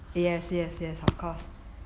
yes yes yes of course